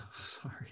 Sorry